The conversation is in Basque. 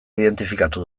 identifikatu